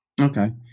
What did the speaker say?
Okay